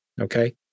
Okay